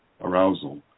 arousal